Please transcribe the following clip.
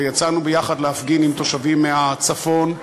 ויצאנו יחד להפגין עם תושבים מהצפון,